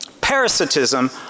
Parasitism